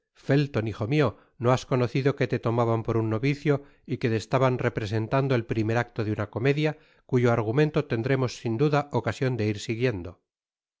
felton hijo mio no has conocido que te tomaban por un novicio y que te estaban representando el primer acto de una comedia cuyo argumento tendremos sin duda ocasion de ir siguiendo